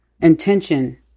intention